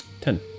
Ten